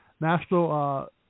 National